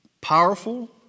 powerful